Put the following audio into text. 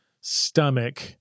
stomach